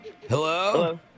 Hello